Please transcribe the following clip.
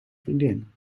vriendin